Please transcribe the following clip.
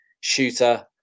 shooter